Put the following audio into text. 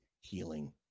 healing